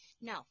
No